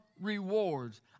rewards